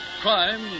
Crime